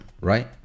right